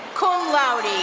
cum laude.